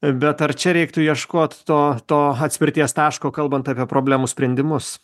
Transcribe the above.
bet ar čia reiktų ieškot to to atspirties taško kalbant apie problemų sprendimus